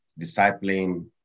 discipling